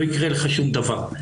לא יקרה לך שום דבר.